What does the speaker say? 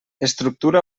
estructura